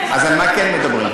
אז על מה כן מדברים?